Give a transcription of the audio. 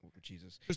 Jesus